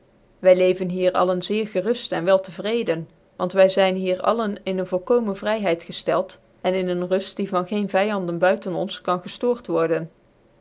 wy leven hier alle zeer geruft cn wel tc vreden want wy zyn hier alic in ccn volkome vryhcid gcftcld cn in ccn ruit die van geen vyanden buiten ons kan geftoort worden